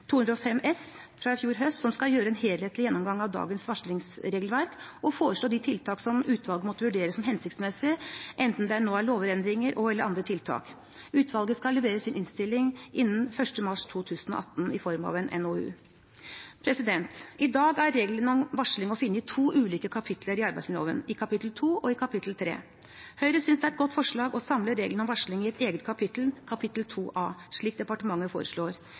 som skal gjøre en helhetlig gjennomgang av dagens varslingsregelverk, og foreslå de tiltak som utvalget måtte vurdere som hensiktsmessig, enten det nå er lovendringer eller andre tiltak. Utvalget skal levere sin innstilling innen 1. mars 2018 i form av en NOU. I dag er reglene om varsling å finne i to ulike kapitler i arbeidsmiljøloven, i kapittel 2 og i kapittel 3. Høyre synes det er et godt forslag å samle reglene om varsling i et eget kapittel, kapittel 2 A, slik departementet foreslår.